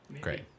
Great